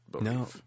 No